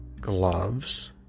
gloves